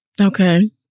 Okay